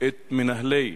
את מנהלי,